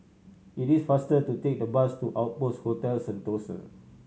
it is faster to take the bus to Outpost Hotel Sentosa